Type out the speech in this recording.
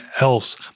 else